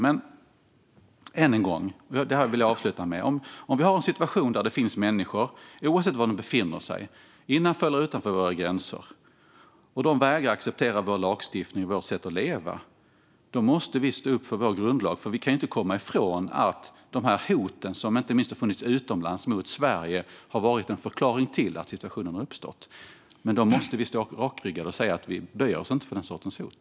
Men om vi har en situation där det finns människor som vägrar att acceptera vår lagstiftning och vårt sätt att leva, oavsett om dessa människor befinner sig innanför eller utanför våra gränser, måste vi stå upp för vår grundlag. Vi kan inte komma ifrån att dessa hot, som inte minst har funnits utomlands mot Sverige, har varit en förklaring till att situationen uppstått. Vi måste stå rakryggade och säga att vi inte böjer oss för den sortens hot.